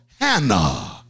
Hannah